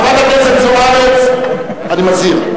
חברת הכנסת זוארץ, אני מזהיר.